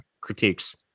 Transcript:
critiques